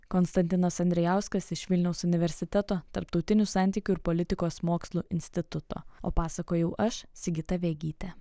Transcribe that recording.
konstantinas andrijauskas iš vilniaus universiteto tarptautinių santykių ir politikos mokslų instituto o pasakojau aš sigita vegytė